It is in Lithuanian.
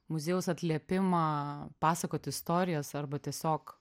muziejaus atliepimą pasakoti istorijas arba tiesiog